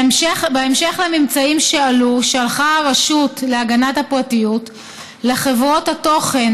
בהמשך לממצאים שעלו שלחה הרשות להגנת הפרטיות לחברות התוכן